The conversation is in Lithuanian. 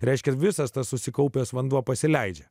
reiškiasi visas tas susikaupęs vanduo pasileidžia